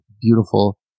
beautiful